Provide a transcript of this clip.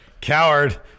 coward